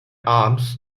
arms